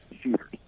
shooters